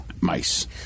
mice